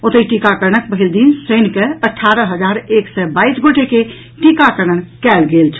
ओतहि टीकाकरणक पहिल दिन शनि के अठारह हजार एक सय बाईस गोटे के टीकाकरण कयल गेल छल